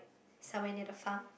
some where near the farm